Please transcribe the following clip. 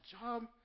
job